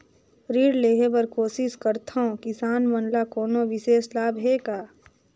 ऋण लेहे बर कोशिश करथवं, किसान मन ल कोनो विशेष लाभ हे का?